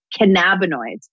cannabinoids